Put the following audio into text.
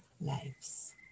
lives